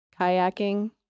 kayaking